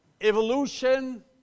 evolution